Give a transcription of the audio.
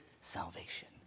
salvation